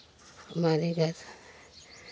हमारे घर